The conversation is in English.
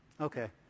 Okay